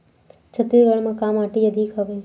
छत्तीसगढ़ म का माटी अधिक हवे?